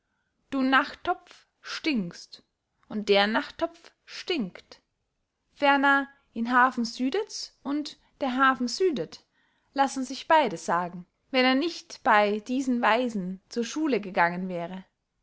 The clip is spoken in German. du nachttopf stinkst und der nachttopf stinkt ferner in hafen südets und der hafen südet lassen sich beide sagen wenn er nicht bey diesen weisen zur schule gegangen wäre